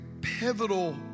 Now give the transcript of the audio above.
pivotal